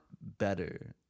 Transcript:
better